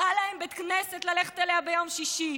היה להם בית כנסת ללכת אליו ביום שישי,